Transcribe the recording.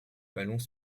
ballons